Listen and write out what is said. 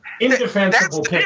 indefensible